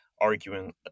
arguing